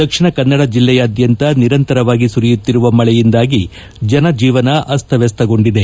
ದಕ್ಷಿಣ ಕನ್ನಡ ಜಿಲ್ಲೆಯಾದ್ಯಂತ ನಿರಂತರವಾಗಿ ಸುರಿಯುತ್ತಿರುವ ಮಳೆಯಿಂದಾಗಿ ಜನಜೀವನ ಅಸ್ತವಸ್ತಗೊಂಡಿದೆ